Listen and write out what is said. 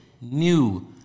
new